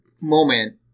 moment